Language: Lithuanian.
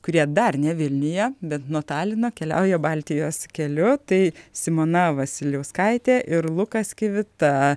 kurie dar ne vilniuje bet nuo talino keliauja baltijos keliu tai simona vasiliauskaitė ir lukas kivita